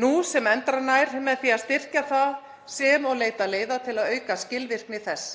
nú sem endranær með því að styrkja það sem og leita leiða til að auka skilvirkni þess.